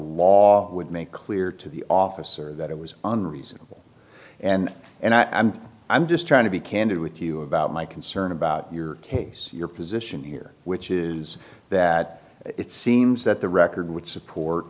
law would make clear to the officer that it was on reasonable and and i'm i'm just trying to be candid with you about my concern about your case your position here which is that it seems that the record would support